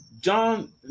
John